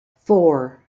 four